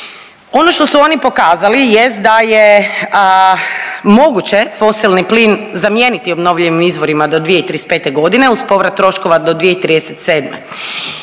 Ono što su oni pokazali jest da je moguće fosilni plin zamijeniti obnovljivim izvorima do 2035. godine uz povrat troškova do 2037. Ja ne